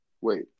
Wait